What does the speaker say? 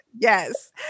Yes